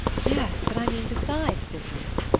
yes but i mean besides business.